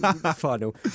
final